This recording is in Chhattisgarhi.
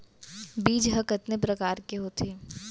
बीज ह कितने प्रकार के होथे?